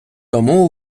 тому